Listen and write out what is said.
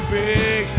big